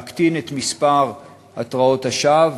להקטין את מספר התרעות השווא,